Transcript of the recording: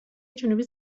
جنوبی